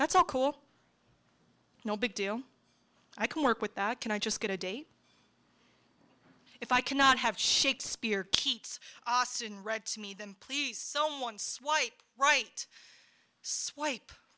that's a cool no big deal i can work with that can i just get a day if i cannot have shakespeare keats austin read to me then please someone swipe right swipe